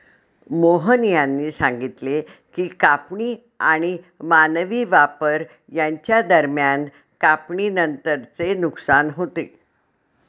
मोहन यांनी सांगितले की कापणी आणि मानवी वापर यांच्या दरम्यान कापणीनंतरचे नुकसान होते